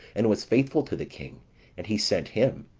and was faithful to the king and he sent him,